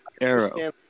Arrow